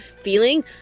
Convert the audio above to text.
feeling